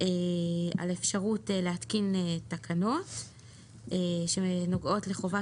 על אפשרות להתקין תקנות שנוגעות לחובה